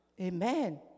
Amen